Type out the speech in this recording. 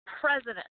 president